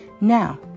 Now